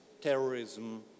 terrorism